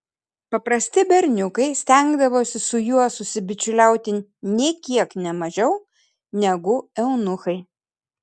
paprasti berniukai stengdavosi su juo susibičiuliauti nė kiek ne mažiau negu eunuchai